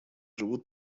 живут